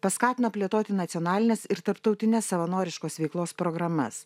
paskatino plėtoti nacionalines ir tarptautines savanoriškos veiklos programas